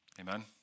Amen